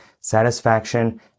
satisfaction